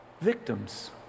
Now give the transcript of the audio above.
victims